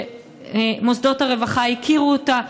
שמוסדות הרווחה הכירו אותה,